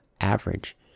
average